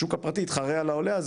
השוק הפרטי יתחרה על העולה הזה,